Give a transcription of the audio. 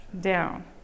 down